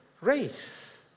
race